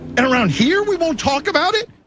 and around here, we won't talk about it.